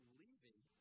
leaving